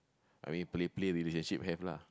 I mean play play relationship have lah